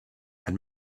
and